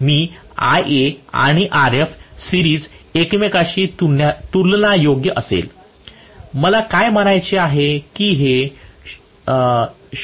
मी Ra आणि Rf series एकमेकांशी तुलनायोग्य असेल मला काय म्हणायचे आहे की हे 0